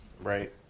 Right